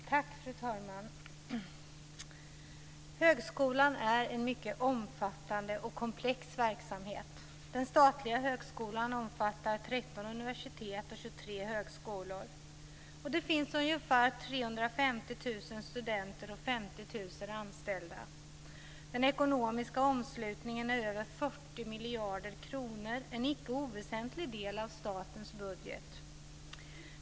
Fru talman! Högskolan är en mycket omfattande och komplex verksamhet. Den statliga högskolan omfattar 13 universitet och 23 högskolor. Det finns ungefär 350 000 studenter och 50 000 anställda. Den ekonomiska omslutningen är över 40 miljarder kronor, en icke oväsentlig del av statens budget.